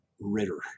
Ritter